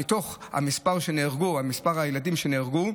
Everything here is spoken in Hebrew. מתוך 23 הילדים שנהרגו,